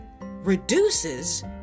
reduces